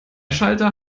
schalter